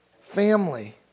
family